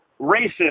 racist